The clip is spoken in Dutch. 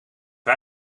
het